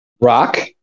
Rock